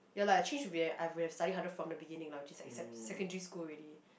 ya lah changed to be I would have study harder from the beginning just to accept now in Secondary school already